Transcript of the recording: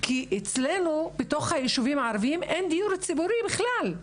אצלנו בתוך היישובים הערביים אין דיור ציבורי בכלל,